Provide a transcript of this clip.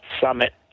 summit